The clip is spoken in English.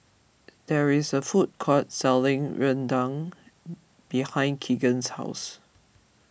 there is a food court selling Rendang behind Keegan's house